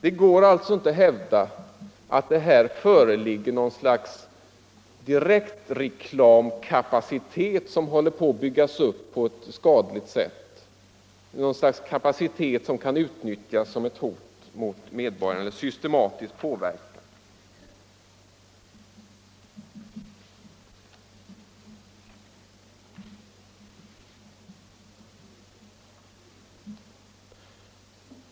Det går alltså inte att hävda att något slags direktreklamkapacitet här håller på att byggas upp på ett skadligt sätt — något slags kapacitet som kan utnyttjas som ett hot mot medborgarna, en systematisk påverkan.